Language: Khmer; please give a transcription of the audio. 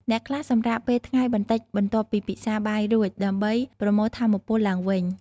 អ្នកខ្លះសម្រាកពេលថ្ងៃបន្តិចបន្ទាប់ពីពិសាបាយរួច ដើម្បីប្រមូលថាមពលឡើងវិញ។